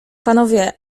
panowie